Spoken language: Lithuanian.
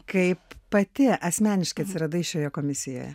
kaip pati asmeniškai atsiradai šioje komisijoje